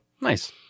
Nice